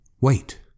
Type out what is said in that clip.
Wait